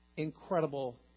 Incredible